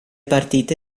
partite